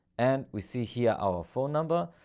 and we see here our phone number.